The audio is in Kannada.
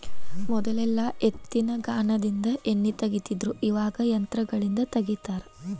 ಮೊದಲೆಲ್ಲಾ ಎತ್ತಿನಗಾನದಿಂದ ಎಣ್ಣಿ ತಗಿತಿದ್ರು ಇವಾಗ ಯಂತ್ರಗಳಿಂದ ತಗಿತಾರ